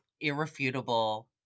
irrefutable